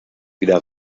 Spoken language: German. wieder